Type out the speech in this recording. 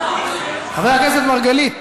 חבר הכנסת אראל מרגלית.